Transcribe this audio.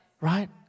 Right